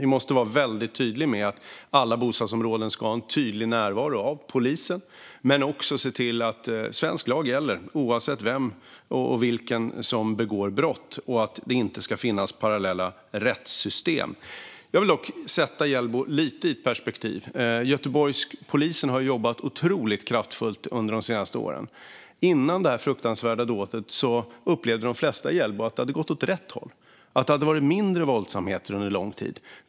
Vi måste vara väldigt tydliga med att alla bostadsområden ska ha en tydlig närvaro av polisen men också se till att svensk lag gäller oavsett vem som begår brott och att det inte ska finnas parallella rättssystem. Jag vill dock sätta detta med Hjällbo lite i perspektiv. Göteborgspolisen har jobbat otroligt kraftfullt under de senaste åren. Innan det här fruktansvärda dådet skedde upplevde de flesta i Hjällbo att det hade gått åt rätt håll och att det hade varit mindre våldsamt under lång tid.